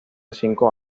cinco